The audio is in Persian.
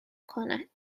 کند